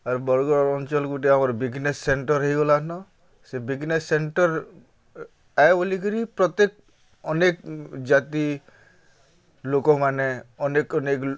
ଆର୍ ବର୍ଗଡ଼୍ ଅଞ୍ଚଲ୍ ଗୋଟେ ଆମର୍ ବିଜ୍ନେସ୍ ସେଣ୍ଟର୍ ହେଇଗଲାନ ସେ ବିଜ୍ନେସ୍ ସେଣ୍ଟର୍ ଆଏ ବୋଲିକିରି ପ୍ରତ୍ୟେକ୍ ଅନେକ୍ ଜାତି ଲୋକମାନେ ଅନେକ୍ ଅନେକ୍